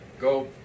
go